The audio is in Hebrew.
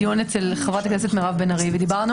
בדיון אצל חברת הכנסת מירב בן ארי ודיברנו